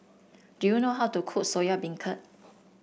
do you know how to cook Soya Beancurd